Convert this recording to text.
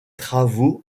travaux